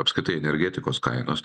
apskritai energetikos kainos